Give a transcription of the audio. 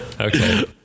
Okay